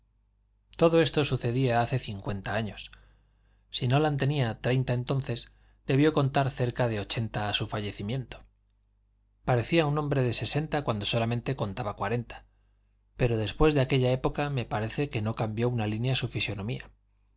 todo esto sucedía hace cincuenta años si nolan tenía treinta entonces debió contar cerca de ochenta a su fallecimiento parecía un hombre de sesenta cuando solamente contaba cuarenta pero después de aquella época me parece que no cambió una línea su fisonomía